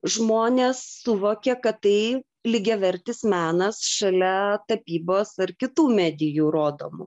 žmonės suvokia kad tai lygiavertis menas šalia tapybos ar kitų medijų rodomų